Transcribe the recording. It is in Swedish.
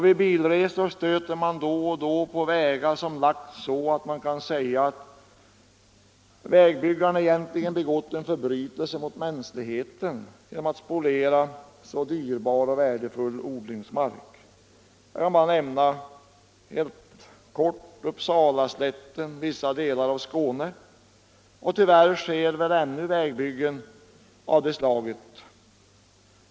Vid bilresor stöter man då och då på vägar, som lagts så att man kan säga att vägbyggaren egentligen har begått en förbrytelse mot mänskligheten genom att spoliera så dyrbar och värdefull odlingsmark. Jag kan helt kort nämna Uppsalaslätten och vissa delar av Skåne. Tyvärr sker ännu vägbyggen av detta slag.